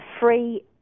free